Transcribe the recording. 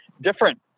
different